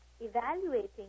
evaluating